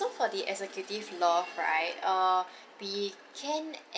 so for the executive loft right err we can